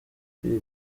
kwiga